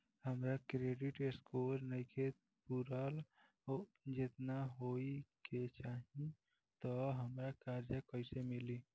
हमार credit score नईखे पूरत जेतना होए के चाही त हमरा कर्जा कैसे मिली?